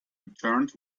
returned